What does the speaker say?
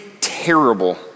terrible